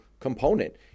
component